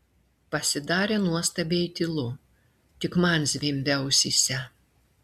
pasidarė nuostabiai tylu tik man zvimbė ausyse